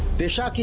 disha.